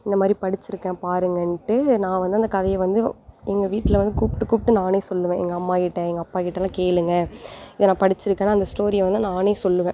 இந்த மாதிரி படிச்சுருக்கேன் பாருங்கள்ண்டு நான் வந்து அந்த கதையை வந்து எங்கள் வீட்டில் வந்து கூப்பிட்டு கூப்பிட்டு நானே சொல்லுவேன் எங்கள் அம்மா கிட்ட எங்கள் அப்பா கிட்ட எல்லாம் கேளுங்கள் இதை நான் படிச்சுருக்கேன் அந்த ஸ்டோரியை வந்து நானே சொல்லுவேன்